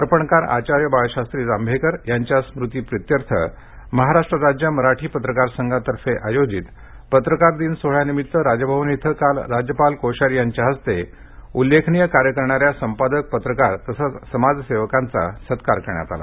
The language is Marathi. दर्पणकार आचार्य बाळशास्त्री जांभेकर यांच्या स्मृतीप्रित्यर्थ महाराष्ट्र राज्य मराठी पत्रकार संघातर्फे आयोजित पत्रकार दिन सोहळ्यानिमित्त राजभवन इथं काल राज्यपाल कोश्यारी यांच्या हस्ते उल्लेखनिय कार्य करणाऱ्या संपादक पत्रकार तसंच समाजसेवकांचा सत्कार करण्यात आला